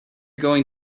going